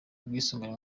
ubwisungane